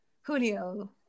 Julio